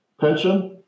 pension